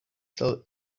cell